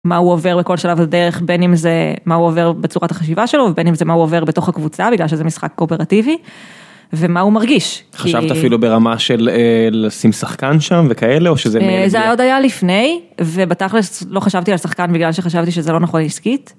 מה הוא עובר בכל שלב לדרך בין אם זה מה הוא עובר בצורת החשיבה שלו ובין אם זה מה הוא עובר בתוך הקבוצה בגלל שזה משחק קואפרטיבי. ומה הוא מרגיש חשבת אפילו ברמה של לשים שחקן שם וכאלה או שזה עוד היה לפני ובתכלס לא חשבתי על שחקן בגלל שחשבתי שזה לא נכון עסקית.